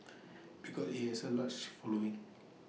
because IT has A large following